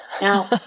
Now